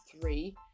three